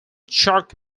chuck